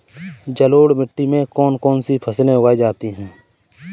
जलोढ़ मिट्टी में कौन कौन सी फसलें उगाई जाती हैं?